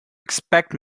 expect